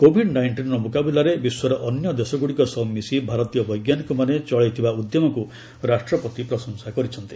Covid ନାଇଷ୍ଟିନ୍ର ମୁକାବିଲାରେ ବିଶ୍ୱର ଅନ୍ୟ ଦେଶଗୁଡ଼ିକ ସହ ମିଶି ଭାରତୀୟ ବୈଜ୍ଞାନିକମାନେ ଚଳେଇଥିବା ଉଦ୍ୟମକୁ ରାଷ୍ଟ୍ରପତି ପ୍ରଶଂସା କରିଛନ୍ତି